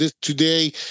today